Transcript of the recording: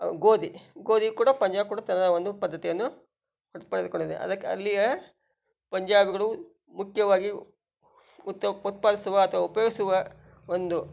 ಗೋಧಿ ಗೋಧಿ ಕೂಡ ಪಂಜಾಬ್ ಕೂಡ ಒಂದು ಪದ್ಧತಿಯನ್ನು ಅದು ಪಡೆದುಕೊಂಡಿದೆ ಅದಕ್ಕೆ ಅಲ್ಲಿಯ ಪಂಜಾಬಿಗಳು ಮುಖ್ಯವಾಗಿ ಉತ್ತ ಉತ್ಪಾದಿಸುವ ಅಥವಾ ಉಪಯೋಗಿಸುವ ಒಂದು